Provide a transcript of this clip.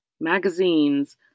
magazines